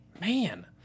man